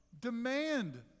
demand